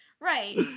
Right